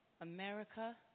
America